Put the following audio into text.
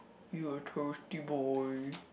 you are thirsty boy